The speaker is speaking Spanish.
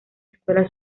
escuela